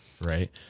right